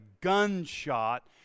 gunshot